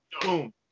Boom